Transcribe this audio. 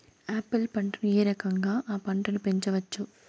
Apple పంటను ఏ రకంగా అ పంట ను పెంచవచ్చు?